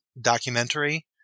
documentary